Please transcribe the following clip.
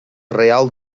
real